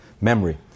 memory